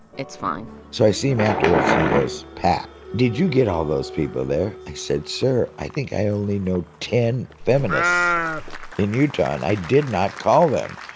it's fine so i see him afterwards. and he goes, pat, did you get all those people there? i said, sir, i think i only know ten feminists in utah, and i did not call them.